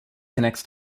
connects